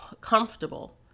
comfortable